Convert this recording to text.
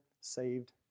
saved